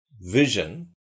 vision